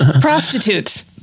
Prostitutes